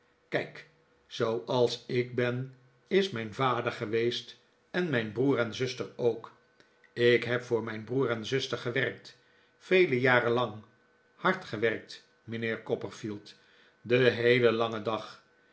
kijk zooals ik ben is mijn vader geweest en zijn mijn broer en zuster ook ik heb voor mijn broer en zuster gewerkt vele jaren lang hard gewerkt mijnheer copperfield den heelen langen dag